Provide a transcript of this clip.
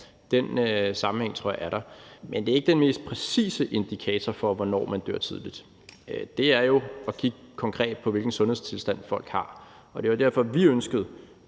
den sammenhæng tror jeg er der. Men det er ikke den mest præcise indikator for, hvornår man dør tidligt; det er jo at kigge konkret på, hvilken sundhedstilstand folk har. Og det var jo derfor, at vi ønskede,